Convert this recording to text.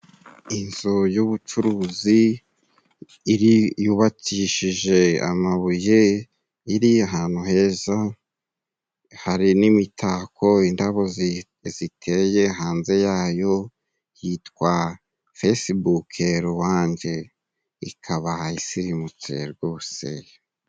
Inzu y'ubucuruzi iri yubakishije amabuye iri ahantu heza hari n'imitako, indabo ziteye hanze yayo, yitwa Fesibuke Ruwanje ikaba isirimutse rwose.